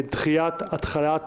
דחיית התחלת